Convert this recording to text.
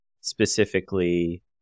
specifically